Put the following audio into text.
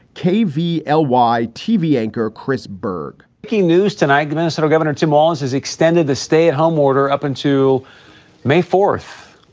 cavy l y tv anchor chris berg key news tonight. minnesota governor tim walz has extended the stay at home order up unto may fourth.